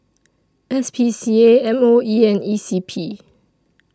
S P C A M O E and E C P